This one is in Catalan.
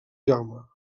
jaume